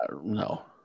No